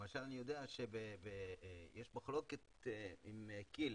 למשל אני יודע שיש מחלוקת עם כי"ל